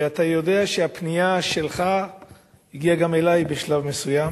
ואתה יודע שהפנייה שלך הגיעה גם אלי בשלב מסוים